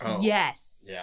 Yes